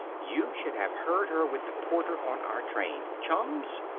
you should have heard her with the porter on our train. chums!